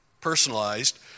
personalized